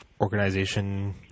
organization